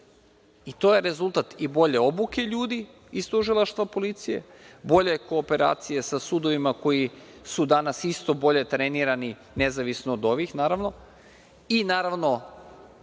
To je rezultat i bolje obuke ljudi iz tužilaštva i policije, bolje kooperacije sa sudovima koji su danas isto bolje trenirani nezavisno od ovih naravno i naravno,